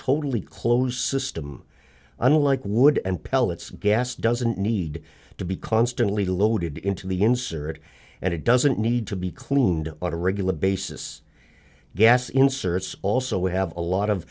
totally closed system unlike wood and pellets gas doesn't need to be constantly loaded into the insert and it doesn't need to be cleaned on a regular basis gas inserts also we have a lot of